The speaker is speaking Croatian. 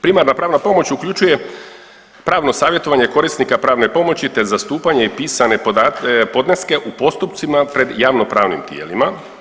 Primarna pravna pomoć uključuje pravno savjetovanje korisnika pravne pomoći te zastupanje i pisane podatke, podneske u postupcima pred javno pravnim tijelima.